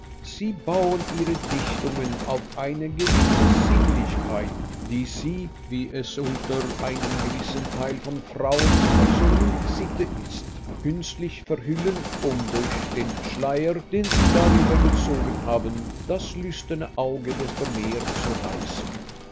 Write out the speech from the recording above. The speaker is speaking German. sie bauen ihre dichtungen auf eine gewisse sinnlichkeit die sie wie es unter einem gewissen teil von frauenspersonen sitte ist künstlich verhüllen um durch den schleier den sie darüber gezogen haben das lüsterne auge desto mehr zu reizen